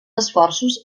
esforços